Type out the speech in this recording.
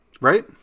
Right